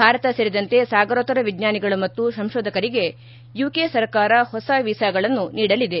ಭಾರತ ಸೇರಿದಂತೆ ಸಾಗರೋತ್ತರ ವಿಜ್ವಾನಿಗಳು ಮತ್ತು ಸಂಶೋಧಕರಿಗೆ ಯುಕೆ ಸರ್ಕಾರ ಹೊಸ ವೀಸಾಗಳನ್ನು ನೀಡಲಿದೆ